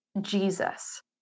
Jesus